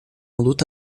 luta